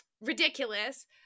ridiculous